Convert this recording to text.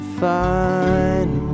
fine